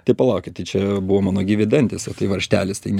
tai palaukit tai čia buvo mano gyvi dantys o tai varžtelis tai